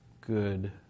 good